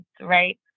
right